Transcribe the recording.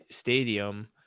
Stadium